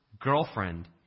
girlfriend